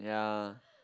yeah